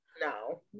no